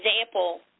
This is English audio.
example